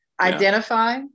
identify